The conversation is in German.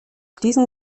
diesen